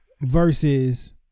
versus